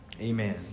amen